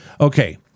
Okay